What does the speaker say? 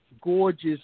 gorgeous